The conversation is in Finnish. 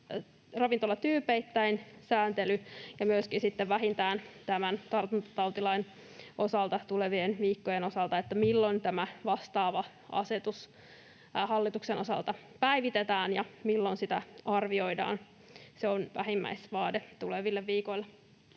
ravintolatyypeittäin ja sitten myöskin vähintään tämän tartuntatautilain osalta tulevien viikkojen osalta tieto, milloin tämä vastaava asetus hallituksen osalta päivitetään ja milloin sitä arvioidaan. Se on vähimmäisvaade tuleville viikoille.